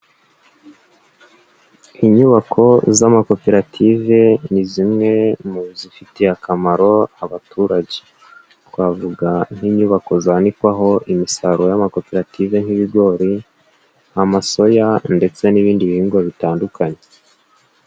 Inyubako z'amakoperative ni zimwe mu zifitiye akamaro abaturage, twavuga nk'inyubako zanikwaho imisaruro y'amakoperative nk'ibigori, amaya ndetse n'ibindi bihingo bitandukanye.